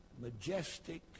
majestic